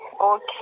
Okay